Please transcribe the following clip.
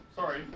sorry